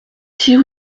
six